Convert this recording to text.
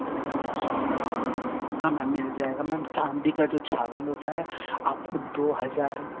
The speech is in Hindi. अच्छा मै हाँ मैम मिल जाएगा और मैम चांदी का जो छागल होता है आप दो हजार